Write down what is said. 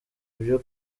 byo